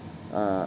uh